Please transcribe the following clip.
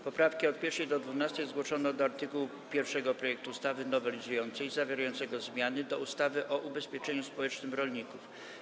Poprawki od 1. do 12. zgłoszono do art. 1 projektu ustawy nowelizującej zawierającego zmiany do ustawy o ubezpieczeniu społecznym rolników.